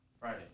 Friday